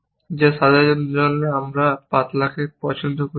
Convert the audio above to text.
যা সাজানোর জন্য এখানে আমরা পাতলাকে পছন্দ করি